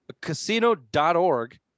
casino.org